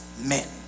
men